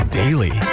daily